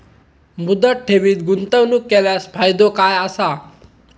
मुदत ठेवीत गुंतवणूक केल्यास फायदो काय आसा?